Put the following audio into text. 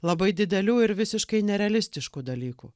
labai didelių ir visiškai nerealistiškų dalykų